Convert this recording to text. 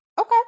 Okay